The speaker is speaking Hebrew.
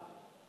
חבר הכנסת מולה.